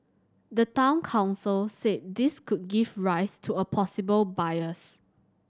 the Town Council said this could give rise to a possible bias